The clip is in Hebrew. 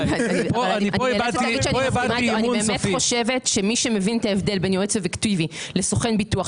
אני חושבת שמי שמבין את ההבדל בין יועץ אובייקטיבי לסוכן ביטוח,